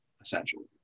essentially